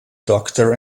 doctor